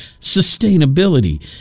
sustainability